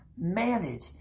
manage